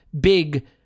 big